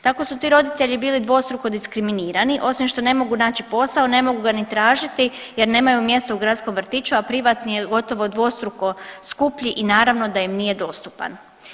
Tako su ti roditelji bili dvostruko diskriminirani, osim što ne mogu naći posao, ne mogu ga ni tražiti jer nemaju mjesto u gradskom vrtiću, a privatni je gotovo dvostruko skuplji i naravno da im nije dostupan.